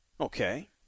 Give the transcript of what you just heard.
Okay